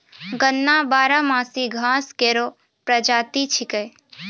गन्ना बारहमासी घास केरो प्रजाति छिकै